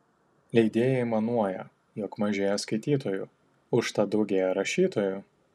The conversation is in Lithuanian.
leidėjai aimanuoja jog mažėja skaitytojų užtat daugėja rašytojų